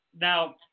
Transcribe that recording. Now